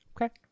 Okay